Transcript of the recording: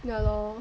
ya lor